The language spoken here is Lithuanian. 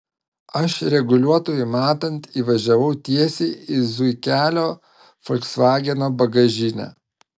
aš reguliuotojui matant įvažiavau tiesiai į zuikelio folksvageno bagažinę